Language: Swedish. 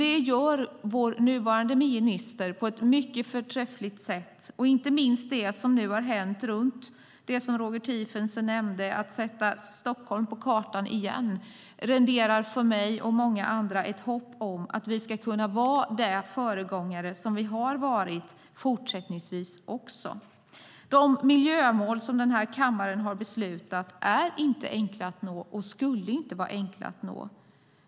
Det gör vår nuvarande miljöminister på ett förträffligt sätt. Inte minst det som nu hänt kring det som Roger Tiefensee nämnde om att återigen sätta Stockholm på kartan renderar för mig och många andra i ett hopp om att vi också fortsättningsvis kan vara de föregångare vi varit. De miljömål som denna kammare beslutat är inte enkla att nå och skulle inte vara enkla att nå.